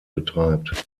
betreibt